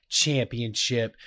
championship